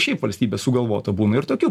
šiaip valstybės sugalvota būna ir tokių